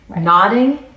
Nodding